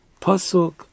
Pasuk